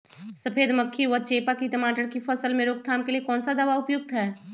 सफेद मक्खी व चेपा की टमाटर की फसल में रोकथाम के लिए कौन सा दवा उपयुक्त है?